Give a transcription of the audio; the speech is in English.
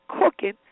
cooking